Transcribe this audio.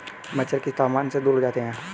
मच्छर किस तापमान से दूर जाते हैं?